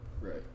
Right